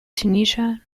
tunisia